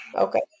Okay